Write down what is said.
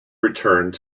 returned